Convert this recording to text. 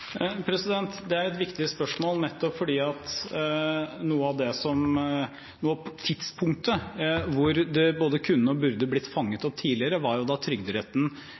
er et viktig spørsmål. Tidspunktet da det både kunne og burde blitt fanget opp tidligere, var jo da Trygderetten